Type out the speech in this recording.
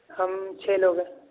ہم چھ لوگ ہیں